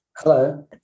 Hello